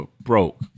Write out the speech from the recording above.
broke